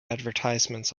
advertisements